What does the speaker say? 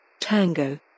Tango